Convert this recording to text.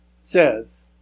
says